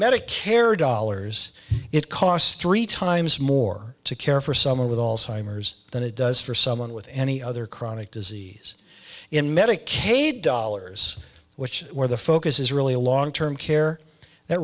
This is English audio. medicare dollars it costs three times more to care for someone with alzheimer's than it does for someone with any other chronic disease in medicaid dollars which is where the focus is really a long term care that